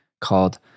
called